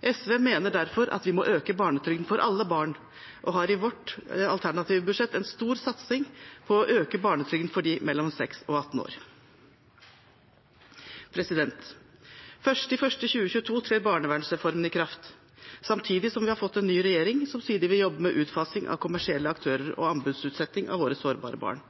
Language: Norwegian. SV mener derfor at vi må øke barnetrygden for alle barn, og har i vårt alternative budsjett en stor satsing på å øke barnetrygden for dem mellom 6 og 18 år. Den 1. januar 2022 trer barnevernsreformen i kraft. Samtidig har vi fått en ny regjering, som sier at de vil jobbe med utfasing av kommersielle aktører og anbudsutsetting av våre sårbare barn.